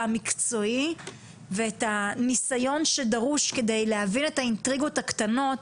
המקצועי ואת הניסיון שדרוש כדי להבין את האינטריגות הקטנות.